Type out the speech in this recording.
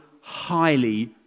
highly